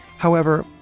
however,